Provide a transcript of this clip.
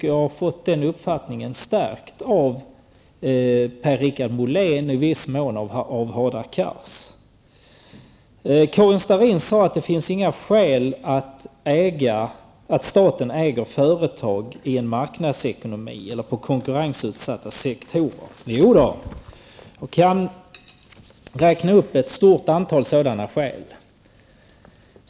Jag har fått den uppfattningen stärkt av det som har sagts av Per-Richard Molén och i viss mån av Hadar Cars. Karin Starrin sade att det inte finns några skäl till att staten äger företag i en marknadsekonomi eller i konkurrensutsatta sektorer. Jag kan räkna upp ett stort antal sådana skäl.